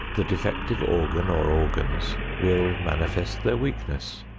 the defective organ or organs will manifest their weakness.